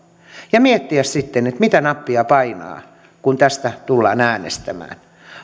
ja miettiä sitten mitä nappia painaa kun tästä tullaan äänestämään